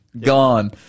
Gone